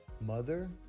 Mother